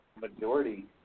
majority